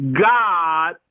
God